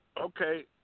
Okay